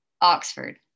Oxford